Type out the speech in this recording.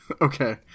Okay